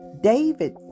David